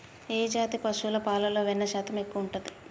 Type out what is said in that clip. ఏ జాతి పశువుల పాలలో వెన్నె శాతం ఎక్కువ ఉంటది?